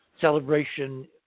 celebration